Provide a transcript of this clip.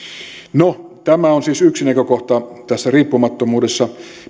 tämä on siis yksi näkökohta tässä riippumattomuudessa